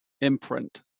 imprint